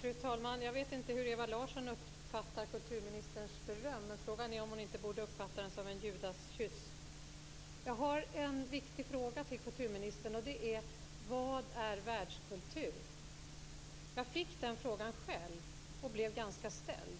Fru talman! Jag vet inte hur Ewa Larsson uppfattar kulturministerns beröm. Frågan är om hon inte borde uppfatta det som en judaskyss. Jag har en viktig fråga till kulturministern. Vad är världskultur? Jag fick den frågan själv och blev ganska ställd.